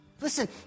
listen